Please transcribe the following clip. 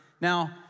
Now